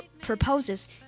proposes